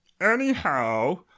Anyhow